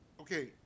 Okay